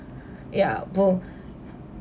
ya both